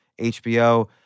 HBO